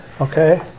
Okay